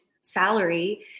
salary